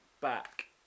back